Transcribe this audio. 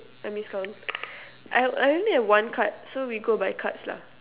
I miscount I I only have one card so we go by one cards lah